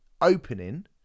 opening